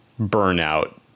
burnout